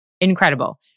Incredible